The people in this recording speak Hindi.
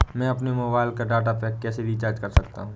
मैं अपने मोबाइल का डाटा पैक कैसे रीचार्ज कर सकता हूँ?